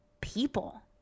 people